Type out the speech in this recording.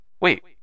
wait